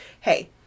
hey